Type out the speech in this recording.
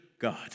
God